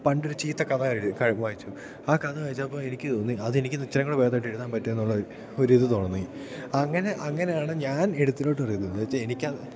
പണ്ടൊരു ചീത്ത കഥ എഴുതി വായിച്ചു ആ കഥ വായിച്ചപ്പോൾ എനിക്ക് തോന്നി അതെനിക്ക് ഒന്നിച്ചിരിയും കൂടെ ഭേദമായിട്ട് എഴുതാൻ പറ്റുമെന്നുള്ള ഒരു ഒരിത് തോന്നി അങ്ങനെ അങ്ങനെയാണ് ഞാൻ എഴുത്തിലോട്ട് വരുന്നത് എന്നുവെച്ചാൽ എനിക്കത്